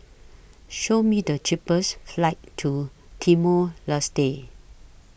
Show Me The cheapest flights to Timor Leste